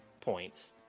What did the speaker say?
points